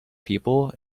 people